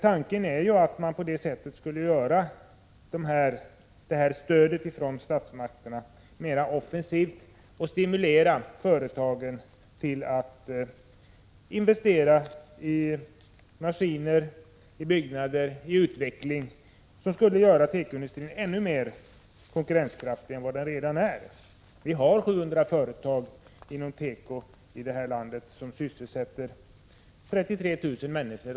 Tanken är att man på det sättet skulle göra stödet från statsmakterna mer offensivt och stimulera företagen till att investera i maskiner, byggnader och utveckling som skulle göra tekoindustrin ännu mer konkurrenskraftig än vad den redan är. Vi har 700 tekoföretag som sysselsätter 33 000 människor.